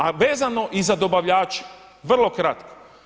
A vezano i za dobavljače, vrlo kratko.